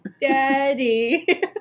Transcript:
Daddy